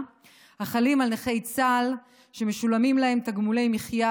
החלים על נכי צה"ל שמשולמים להם תגמולי מחיה,